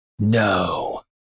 No